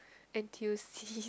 n_t_u_cs